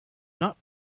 not